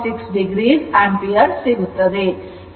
ಸರಳವಾಗಿ ಅದನ್ನು ಪರಿಹರಿಸಿದಾಗ 7